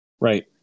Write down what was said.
right